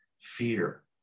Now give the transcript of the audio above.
fear